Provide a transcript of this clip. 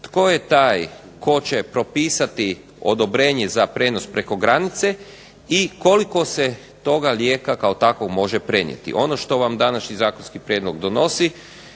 tko je taj tko će propisati odobrenje za prijenos preko granice i koliko se toga lijeka kao takvog može prenijeti. Ono što vam današnji zakonski prijedlog donosi